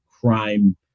crime